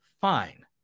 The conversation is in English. fine